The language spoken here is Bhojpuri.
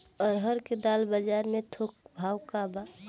अरहर क दाल बजार में थोक भाव का बा?